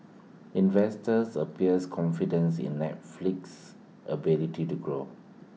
investors appears confidence in Netflix's ability to grow